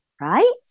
Right